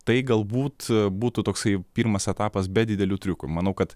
tai galbūt būtų toksai pirmas etapas be didelių triukų manau kad